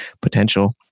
potential